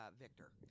Victor